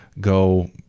go